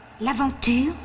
L'aventure